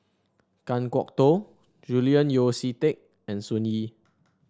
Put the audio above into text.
Kan Kwok Toh Julian Yeo See Teck and Sun Yee